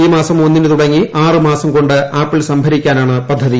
ഈ മാസം ഒന്നിനു തുടങ്ങി ആറ് മാസം കൊണ്ട് ആപ്പിൾ സംഭരിക്കാനാണ് പദ്ധതി